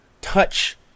touch